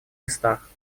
местах